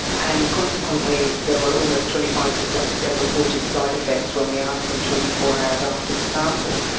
and consequently there were almost twenty five percent of them reported side effects when we asked them twenty four hours after the sample.